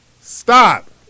stop